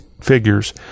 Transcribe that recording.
figures